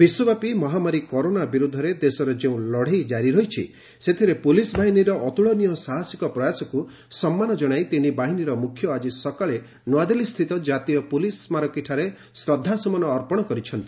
ବିଶ୍ୱବ୍ୟାପୀ ମହାମାରୀ କରୋନା ବିରୁଦ୍ଧରେ ଦେଶ ଯେଉଁ ଲତେଇ ଜାରି ରହିଛି ସେଥିରେ ପୁଲିସ ବାହିନୀର ଅତ୍କଳନୀୟ ସାହାସିକ ପ୍ରୟାସକୁ ସମ୍ମାନ ଜଣାଇ ତିନି ବାହିନୀର ମୁଖ୍ୟ ଆଜି ସକାଳେ ନ୍ତଆଦିଲ୍ଲୀସ୍ଥିତ ଜାତୀୟ ପୁଲିସ ସ୍କାରକୀ ଠାରେ ଶ୍ରଦ୍ଧାସ୍ତମନ ଅର୍ପଣ କରିଛନ୍ତି